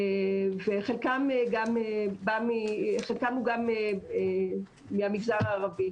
חלקם הוא גם מהמגזר הערבי.